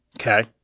okay